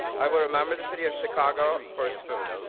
i will remember the city of chicago for its food.